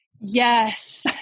Yes